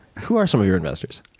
who are some of your investors?